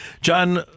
John